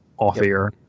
Off-air